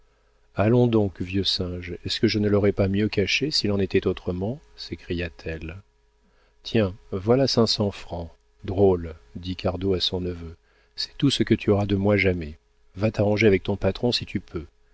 allons donc vieux singe est-ce que je ne l'aurais pas mieux caché s'il en était autrement s'écria-t-elle tiens voilà cinq cents francs drôle dit cardot à son neveu c'est tout ce que tu auras de moi jamais va t'arranger avec ton patron si tu peux